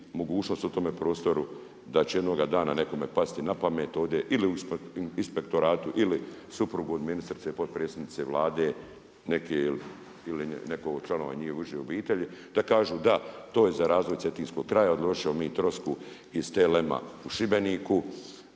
mogućnost u tome prostoru da će jednoga dana nekome pasti na pamet ili u inspektoratu ili suprugu od ministrice potpredsjednice Vlade neke ili nekoga od članova njihov uže obitelji da kažu da to je za razvoj cetinskog kraja, odložit ćemo mi trosku iz TLM-a u Šibeniku